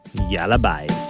yalla bye